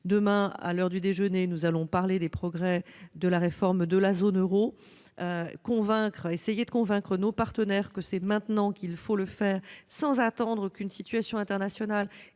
Demain, à l'heure du déjeuner, nous allons évoquer les progrès de la réforme de la zone euro, essayer de convaincre nos partenaires qu'il faut le faire maintenant, sans attendre qu'une situation internationale,